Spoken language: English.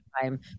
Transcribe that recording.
time